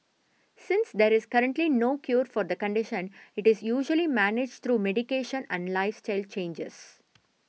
since there is currently no cure for the condition it is usually managed through medication and lifestyle changes